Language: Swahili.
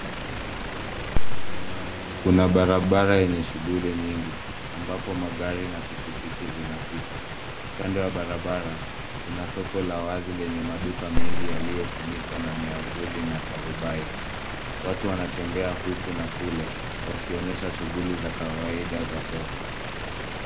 Kuna barabara yenye shughuli nyingi ambapo magari na pikipiki zinapita. Kando ya barabara kuna soko la wazi lenye maduka mengi yaliyofunikwa na miavuli na tarubai. Watu wanatembea huku na kule wakionyesha shughuli za kawaida za soko.